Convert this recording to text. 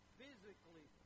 physically